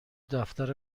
دفتر